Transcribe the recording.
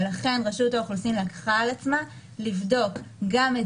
ולכן רשות האוכלוסין לקחה על עצמה לבדוק גם את